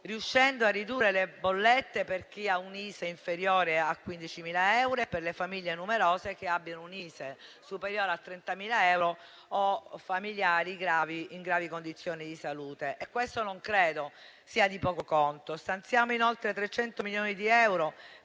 riuscendo a ridurre le bollette per chi ha un ISEE inferiore a 15.000 euro e per le famiglie numerose che abbiano un ISEE superiore a 30.000 euro o familiari in gravi condizioni di salute. Questa misura non credo sia di poco conto. Stanziamo, inoltre, 300 milioni di euro